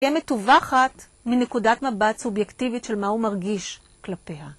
תהיה מתווכת מנקודת מבט סובייקטיבית של מה הוא מרגיש כלפיה.